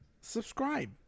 subscribe